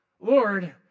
Lord